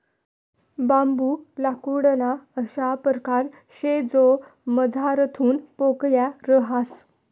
बांबू लाकूडना अशा परकार शे जो मझारथून पोकय रहास